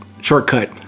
shortcut